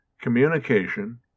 communication